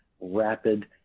rapid